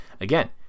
Again